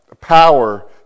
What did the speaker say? power